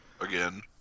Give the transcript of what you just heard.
Again